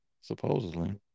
supposedly